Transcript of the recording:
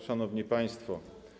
Szanowni Państwo!